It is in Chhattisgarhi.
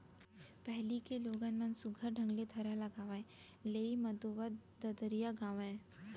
पहिली के लोगन मन सुग्घर ढंग ले थरहा लगावय, लेइ मतोवत ददरिया गावयँ